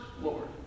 Lord